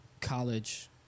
college